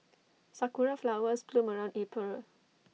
Sakura Flowers bloom around April